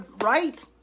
right